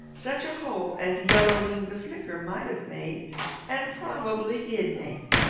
such a hole as yellow wing the flicker might have made and probably did make.